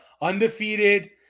undefeated